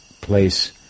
place